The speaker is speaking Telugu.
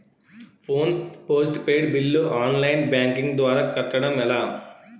Phone postpaid bill online banking ద్వారా కట్టడం ఎలా?